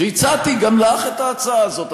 שהצעתי גם לך את ההצעה הזאת,